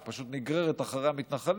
היא פשוט נגררת אחרי המתנחלים.